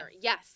Yes